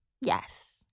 Yes